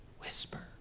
whisper